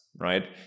right